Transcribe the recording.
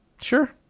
Sure